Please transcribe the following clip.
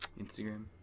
Instagram